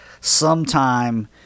sometime